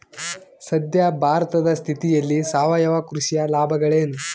ಸದ್ಯ ಭಾರತದ ಸ್ಥಿತಿಯಲ್ಲಿ ಸಾವಯವ ಕೃಷಿಯ ಲಾಭಗಳೇನು?